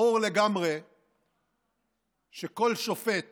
ברור לגמרי שכל שופט